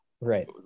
right